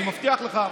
אני מבטיח לך,